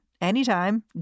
anytime